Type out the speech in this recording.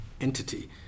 entity